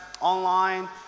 online